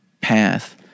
path